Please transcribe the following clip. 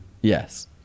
yes